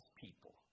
people